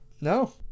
No